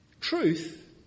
truth